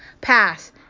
pass